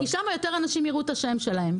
שם כי שם יותר אנשים יראו את השם שלהם.